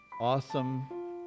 awesome